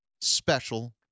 special